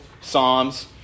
Psalms